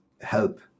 help